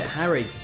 Harry